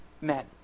men